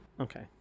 Okay